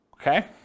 Okay